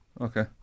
Okay